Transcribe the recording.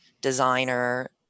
designer